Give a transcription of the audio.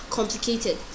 Complicated